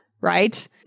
Right